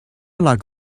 like